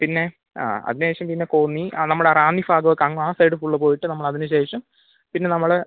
പിന്നെ ആ അതിന് ശേഷം പിന്നെ കോന്നി ആ നമ്മുടെ റാന്നി ഭാഗമൊക്കെ അങ്ങോട്ട് ആ സൈഡ് ഫുള്ള് പോയിട്ട് നമ്മളതിന് ശേഷം പിന്നെ നമ്മള്